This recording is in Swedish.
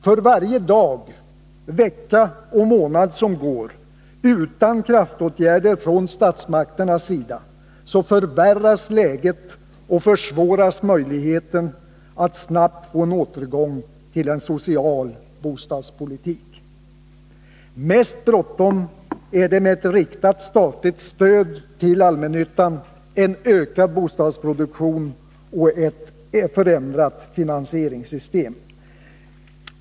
För varje dag, vecka och månad som går utan kraftåtgärder från statsmakternas sida förvärras läget och försämras möjligheten att snabbt få en återgång till en social bostadspolitik. Mest bråttom är det med ett riktat statligt stöd till allmännyttan, en ökad bostadsproduktion och ett förändrat finansieringssystem.